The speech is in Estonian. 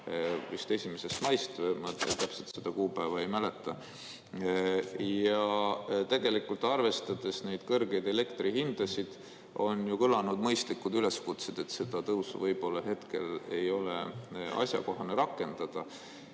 Vist 1. maist, ma täpselt seda kuupäeva ei mäleta. Tegelikult, arvestades neid kõrgeid elektrihindasid, on ju kõlanud mõistlikud üleskutsed, et seda tõusu võib-olla hetkel ei ole asjakohane rakendada,